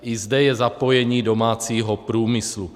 I zde je zapojení domácího průmyslu.